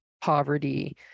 poverty